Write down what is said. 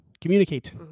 communicate